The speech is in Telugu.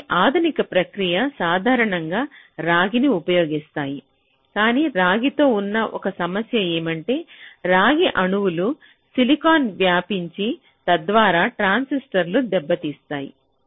కాబట్టి ఆధునిక ప్రక్రియలు సాధారణంగా రాగిని ఉపయోగిస్తాయి కాని రాగితో ఉన్న ఒక సమస్య ఏమంటే రాగి అణువులు సిలికాన్గా వ్యాపించి తద్వారా ట్రాన్సిస్టర్ను దెబ్బతీస్తాయి